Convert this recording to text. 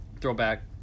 throwback